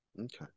Okay